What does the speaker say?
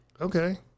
Okay